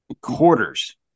quarters